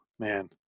Man